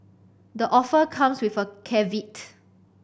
the offer comes with a caveat